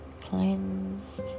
Cleansed